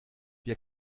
wir